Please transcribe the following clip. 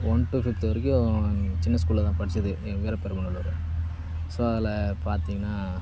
one to fifth வரைக்கும் சின்ன ஸ்கூலதான் படித்தது வீரபெருமநல்லுார் ஸோ அதில் பார்த்தீங்கன்னா